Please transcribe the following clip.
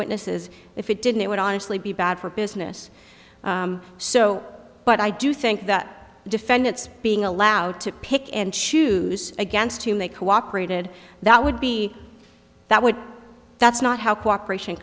witnesses if it didn't it would honestly be bad for business so but i do think that defendants being allowed to pick and choose against whom they cooperated that would be that would that's not how cooperation